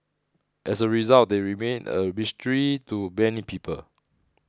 as a result they remain a mystery to many people